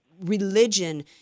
religion